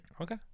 Okay